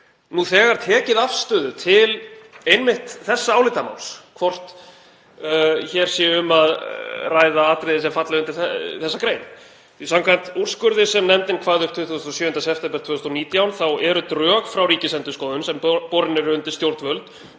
nú þegar tekið afstöðu til einmitt þessa álitamáls, hvort hér sé um að ræða atriði sem falla undir þessa grein. Samkvæmt úrskurði sem nefndin kvað upp 27. september 2019 eru drög frá Ríkisendurskoðun sem borin eru undir stjórnvöld